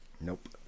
nope